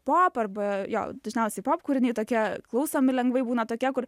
pop arba jo dažniausiai pop kūriniai tokie klausomi lengvai būna tokie kur